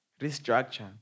restructure